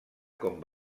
com